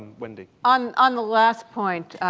wendy. on on the last point,